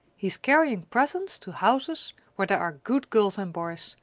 he's carrying presents to houses where there are good girls and boys,